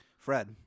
Fred